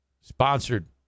Sponsored